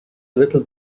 little